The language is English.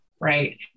right